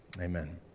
Amen